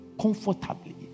comfortably